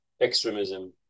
extremism